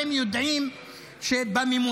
אתם יודעים שבממוצע,